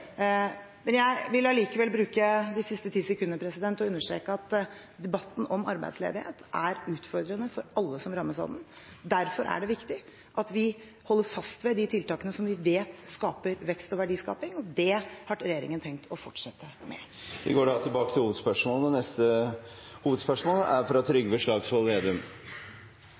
Jeg vil allikevel bruke de siste 10 sekundene til å understreke at arbeidsledighet er utfordrende for alle som rammes av det. Derfor er det viktig at vi holder fast ved de tiltakene som vi vet skaper vekst og verdiskaping, og det har regjeringen tenkt å fortsette med. Vi går til neste hovedspørsmål. Finansminister og